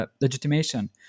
legitimation